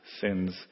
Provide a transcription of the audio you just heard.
sins